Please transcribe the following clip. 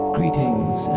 Greetings